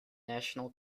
national